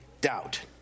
doubt